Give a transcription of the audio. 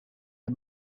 the